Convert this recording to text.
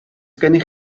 gennych